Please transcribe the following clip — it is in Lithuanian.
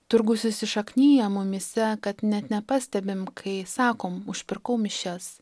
turgūs įsišakniję mumyse kad net nepastebim kai sakom užpirkau mišias